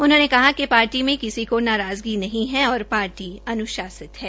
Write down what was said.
उन्होंने कहा कि पार्टी में किसी को नाराज़गी नहीं है और पार्टी अनुशासित है